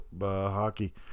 hockey